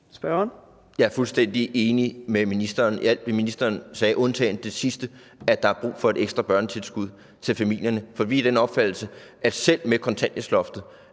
Jeg er fuldstændig enig med ministeren i alt, hvad ministeren sagde, undtagen det sidste om, at der er brug for et ekstra børnetilskud til familierne. For vi er af den opfattelse, at der sådan set